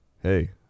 hey